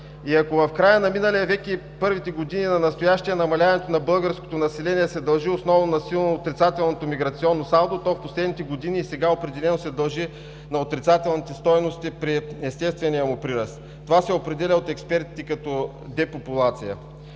Ако в края на миналия век, и първите години на настоящия, намаляването на българското население се дължи основно на силно отрицателното миграционно салдо, то в последните години определено се дължи на отрицателните стойности при естествения му прираст. Това се определя от експертите като депопулация.